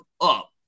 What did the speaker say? up